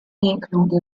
jinkludi